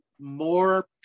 more